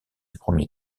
premier